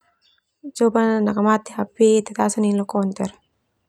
Nakamate HP tasona ninin leo konter.